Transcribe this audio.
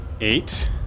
Eight